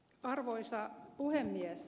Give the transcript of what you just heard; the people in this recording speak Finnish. arvoisa puhemies